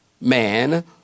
man